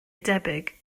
debyg